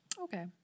Okay